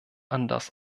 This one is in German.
anders